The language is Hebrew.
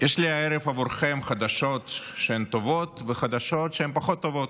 יש לי הערב עבורכם חדשות שהן טובות וחדשות שהן פחות טובות,